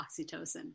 oxytocin